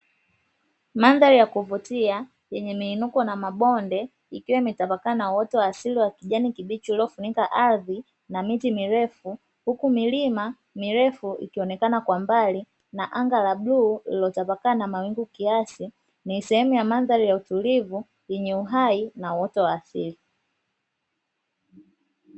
Mandhari ya kuvutia yenye miinuko na mabonde, ikiwa imetapakaa na uotu wa asili wa kijani kibichi uliofunika ardhi na miti mirefu, huku milima mirefu ikionekana kwa mbali na anga la bluu, lililotapakaa na mawingu kiasi ni sehemu ya mandhari ya utulivu yenye uhai na uoto wa asili.